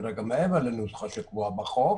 כרגע מעבר לנוסחה שקבועה בחוק